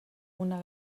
una